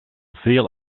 veel